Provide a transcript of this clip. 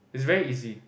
it's very easy